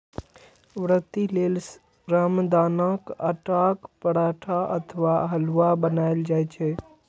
व्रती लेल रामदानाक आटाक पराठा अथवा हलुआ बनाएल जाइ छै